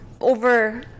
Over